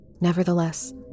Nevertheless